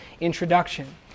introduction